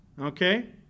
Okay